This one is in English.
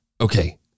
Okay